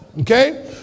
Okay